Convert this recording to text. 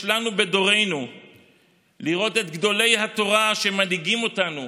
לנו בדורנו לראות את גדולי התורה שמנהיגים אותנו